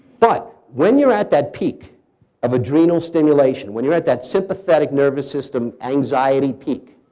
but, when you're at that peak of adrenal stimulation, when you're at that sympathetic nervous system anxiety peak,